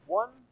one